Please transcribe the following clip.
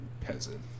peasant